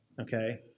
okay